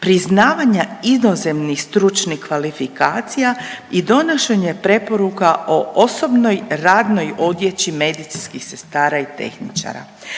priznavanja inozemnih stručnih kvalifikacija i donošenje preporuka o osobnoj, radnoj odjeći medicinskih sestara i tehničara.